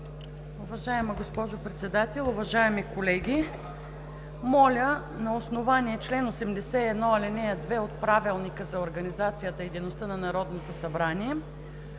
Уважаема госпожо Председател, уважаеми колеги! Моля, на основание чл. 81, ал. 2 от Правилника за организацията и дейността на Народното събрание